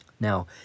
now